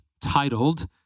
titled